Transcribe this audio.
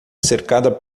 cercada